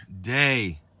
day